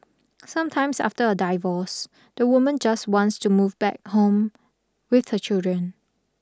sometimes after a the woman just wants to move back home with her children